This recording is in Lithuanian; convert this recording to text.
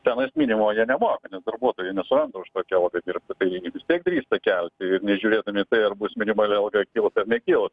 tenais minimumo jie nemoka nes darbuotojų nesuranda už tokią algą dirbti tai jie gi vis tiek kelti nežiūrėdami į tai ar bus minimali alga kils ar nekils